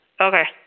Okay